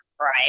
right